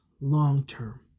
long-term